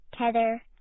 Tether